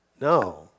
No